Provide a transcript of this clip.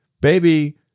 baby –